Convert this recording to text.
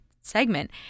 segment